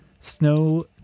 Snow